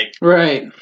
Right